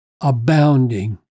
abounding